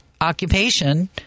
occupation